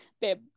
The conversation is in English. babe